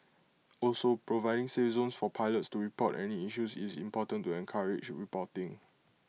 also providing 'safe zones' for pilots to report any issues is important to encourage reporting